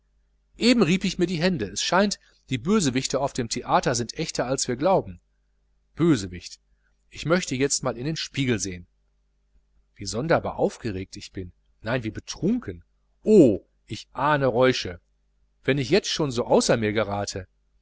eben rieb ich mir die hände es scheint die bösewichter auf dem theater sind echter als wir glauben bösewicht ich möchte jetzt mal in den spiegel sehn wie sonderbar aufgeregt ich bin rein wie betrunken oh ich ahne räusche wenn ich jetzt schon so außer mir gerate